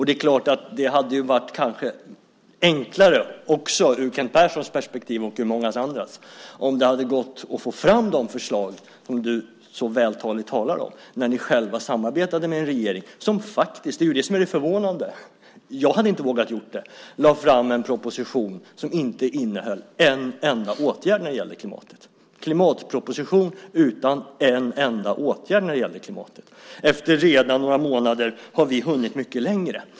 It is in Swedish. Det kanske hade varit enklare ur Kent Perssons och många andras perspektiv om det hade gått att få fram de förslag som du så vältaligt talar om när ni själva samarbetade med en regering som faktiskt lade fram en proposition som inte innehöll en enda åtgärd när det gäller klimatet. Det är det som är så förvånande. Jag hade inte vågat göra det. Det var en klimatproposition utan en enda åtgärd när det gäller klimatet. Redan efter några månader har vi hunnit mycket längre.